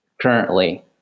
currently